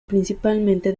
principalmente